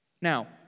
Now